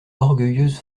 orgueilleuse